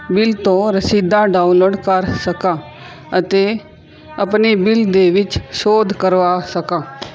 bill ਤੋਂ ਰਸੀਦਾਂ download ਕਰ ਸਕਾਂ ਅਤੇ ਆਪਣੇ ਬਿਲ ਦੇ ਵਿੱਚ ਸੋਧ ਕਰਵਾ ਸਕਾਂ